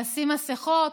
לשים מסכות.